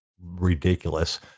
ridiculous